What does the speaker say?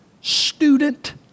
student